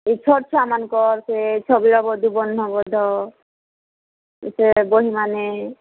ଏ ଛୋଟ ଛୁଆମାନଙ୍କର ସେ ଛବିଳ ମଧୁବର୍ଣ୍ଣବୋଧ ସେ ବହି ମାନେ